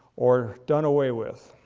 or done away with.